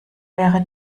wäre